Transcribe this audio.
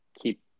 keep